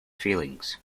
feelings